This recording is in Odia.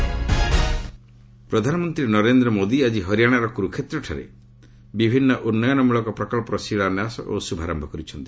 ପିଏମ୍ ହରିୟାଣା ପ୍ରଧାନମନ୍ତ୍ରୀ ନରେନ୍ଦ୍ର ମୋଦି ଆଜି ହରିୟାଣାର କୁରୁକ୍ଷେତ୍ରଠାରେ ବିଭିନ୍ନ ଉନ୍ନୟନ ମୂଳକ ପ୍ରକଚ୍ଚର ଶିଳାନ୍ୟାସ ଓ ଶୁଭାରମ୍ଭ କରିଛନ୍ତି